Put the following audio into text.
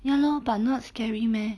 ya lor but not scary meh